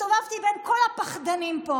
הסתובבתי בין כל הפחדנים פה,